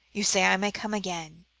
you say i may come again